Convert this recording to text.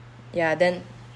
ya then